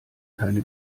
keine